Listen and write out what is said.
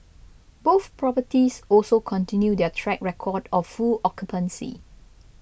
both properties also continued their track record of full occupancy